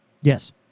Yes